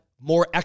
more